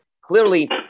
clearly